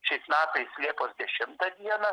šiais metais liepos dešimtą dieną